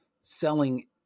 selling